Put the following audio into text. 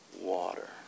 water